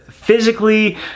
physically